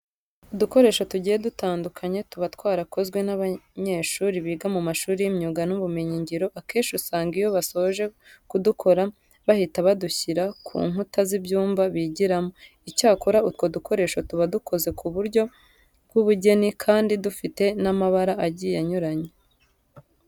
Udukoresho tugiye dutandukanye tuba twarakozwe n'abanyeshuri biga mu mashuri y'imyuga n'ubumenyingiro akenshi usanga iyo basoje kudukora bahita badushyira ku nkuta z'ibyumba bigiramo. Icyakora utwo dukoresho tuba dukoze mu buryo bw'ubugeni kandi dufite n'amabara agiye anyuranye.